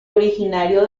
originario